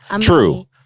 True